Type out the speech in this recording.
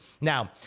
Now